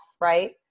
Right